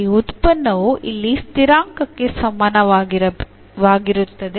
ಈ ಉತ್ಪನ್ನವು ಇಲ್ಲಿ ಸ್ಥಿರಾಂಕಕ್ಕೆ ಸಮಾನವಾಗಿರುತ್ತದೆ